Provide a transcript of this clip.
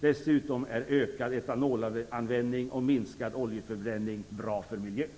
Dessutom är ökad etanolanvändning och minskad oljeförbränning bra för miljön.